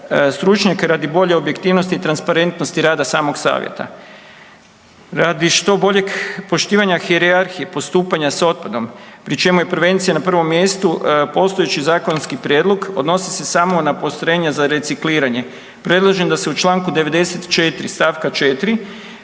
stručnjaka radi bolje objektivnosti i transparentnosti rada samog savjeta. Radi što boljeg poštivanja hijerarhije postupanja s otpadom pri čemu je prevencija na prvom mjestu, postojeći zakonski prijedlog odnosi se samo na postrojenje za recikliranje. Predlažem da se u čl. 94. st.4.